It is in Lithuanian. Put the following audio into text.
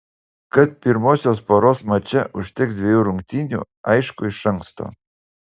kad pirmosios poros mače užteks dvejų rungtynių aišku iš anksto